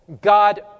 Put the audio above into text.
God